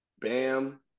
Bam